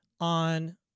on